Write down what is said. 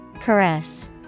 Caress